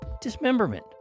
dismemberment